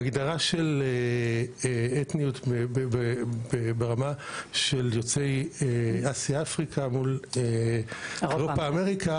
ההגדרה של אתניות ברמה של יוצאי אסיה ואפריקה מול אירופה ואמריקה